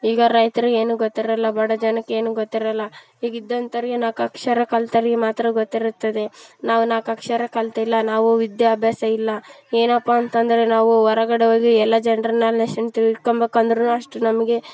ಈಗ ರೈತ್ರಿಗೆ ಏನು ಗೊತ್ತಿರೋಲ್ಲ ಬಡ ಜನಕ್ಕೆ ಏನು ಗೊತ್ತಿರೋಲ್ಲ ಈಗ ಇದ್ದಂಥೋರಿಗೆ ನಾಲ್ಕು ಅಕ್ಷರ ಕಲ್ತೋರಿಗೆ ಮಾತ್ರ ಗೊತ್ತಿರುತ್ತದೆ ನಾವು ನಾಲ್ಕು ಅಕ್ಷರ ಕಲ್ತಿಲ್ಲ ನಾವು ವಿದ್ಯಾಭ್ಯಾಸ ಇಲ್ಲ ಏನಪ್ಪಾ ಅಂತಂದರೆ ನಾವು ಹೊರಗಡೆ ಹೋಗಿ ಎಲ್ಲ ಜನರನ್ನ ತಿಳ್ಕೊಂಬೇಕ್ ಅಂದರು ಅಷ್ಟು ನಮಗೆ